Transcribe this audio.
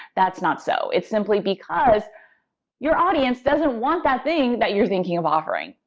that's not so. it's simply because your audience doesn't want that thing that you're thinking of offering.